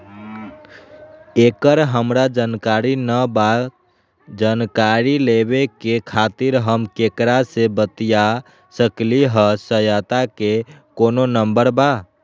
एकर हमरा जानकारी न बा जानकारी लेवे के खातिर हम केकरा से बातिया सकली ह सहायता के कोनो नंबर बा?